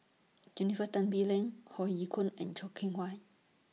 Jennifer Tan Bee Leng Hoe Yeo Koon and Choo Keng Kwang